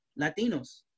latinos